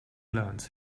learns